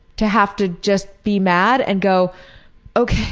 to have to just be mad and go ah